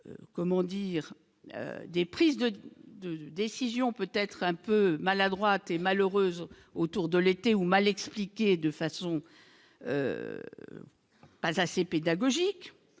des prises de de décisions peut-être un peu maladroite et malheureuse autour de l'été ou mal expliqué de façon. Pas assez pédagogique